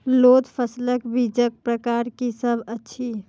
लोत फसलक बीजक प्रकार की सब अछि?